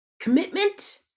commitment